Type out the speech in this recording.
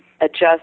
adjust